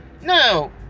no